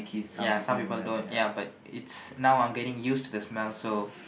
ya some people don't ya but it's now I'm getting used to the smell so